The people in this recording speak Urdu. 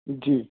جی